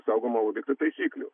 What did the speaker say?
saugumo objekto taisyklių